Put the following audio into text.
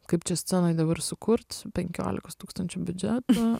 kaip čia scenoj dabar sukurt penkiolikos tūkstančių biudžetą